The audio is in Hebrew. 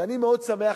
שאני מאוד שמח,